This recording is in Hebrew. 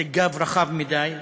זה גב רחב מדי,